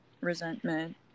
resentment